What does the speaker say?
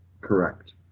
correct